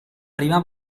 prima